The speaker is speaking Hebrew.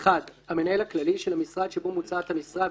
המנהל הכללי של המשרד שבו מוצעת המשרה,